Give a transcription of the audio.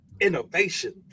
Innovation